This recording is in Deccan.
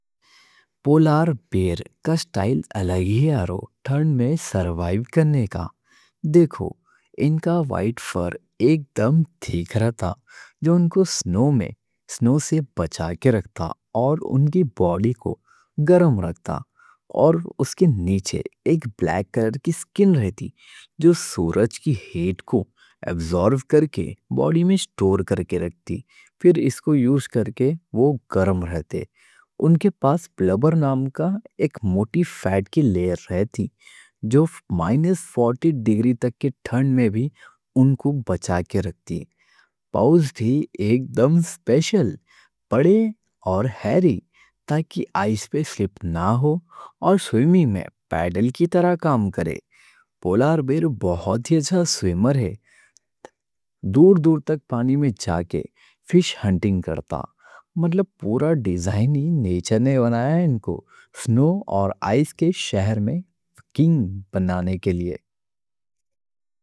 پولار بیر کا اسٹائل الگ ہی ہے اور وہ تھنڈ میں سروائیو کرنے کا۔ دیکھو ان کا وائٹ فر ایک دم تھِک رہتا جو ان کوں سنو میں سنو سے بچا کے رکھتا اور ان کی باڈی کو گرم رکھتا۔ اور اس کے نیچے ایک بلیک کلر کی سکن رہتی جو سورج کی ہیٹ کو ایبزورب کر کے باڈی میں سٹور کر کے رکھتی، پھر اس کو یوز کر کے وہ گرم رہتے۔ ان کے پاس بلبر نام کا ایک موٹی فیٹ کی لیئر رہتی جو مائنس فورٹی ڈگری تک کے تھنڈ میں بھی ان کوں بچا کے رکھتی۔ پاؤز تھی ایک دم اسپیشل، بڑے اور ہیری تاکہ آئس پہ سلِپ نہ ہو اور سوئمنگ میں پیڈل کی طرح کام کرے۔ پولار بیر بہت ہی اچھا سوئیمر ہے، دور دور تک پانی میں جا کے فش ہنٹنگ کرتا۔ مطلب پورا ڈیزائن ہی نیچر نے بنایا ان کوں سنو اور آئس کے شہر میں کِنگ بنانے کے لیے۔